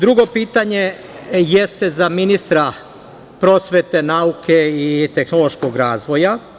Drugo pitanje jeste za ministra prosvete, nauke i tehnološkog razvoja.